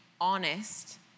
honest